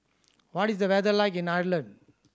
what is the weather like in Ireland